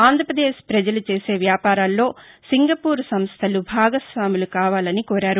ఆంధ్రాపదేశ్ పజలు చేసే వ్యాపారాల్లో సింగపూర్ సంస్టలు భాగస్వాములు కావాలని కోరారు